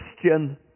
Christian